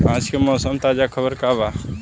आज के मौसम के ताजा खबर का बा?